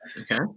Okay